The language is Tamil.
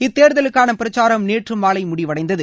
இத்தேர்தலுக்கான பிரச்சாரம் நேற்று மாலை முடிவடைந்தது